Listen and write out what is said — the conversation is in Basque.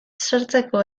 sartzeko